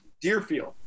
Deerfield